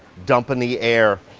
dumping the air,